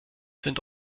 sind